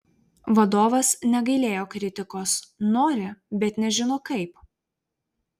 vadovas negailėjo kritikos nori bet nežino kaip